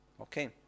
okay